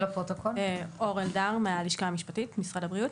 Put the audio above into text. אני מהלשכה המשפטית במשרד הבריאות.